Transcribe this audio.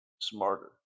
smarter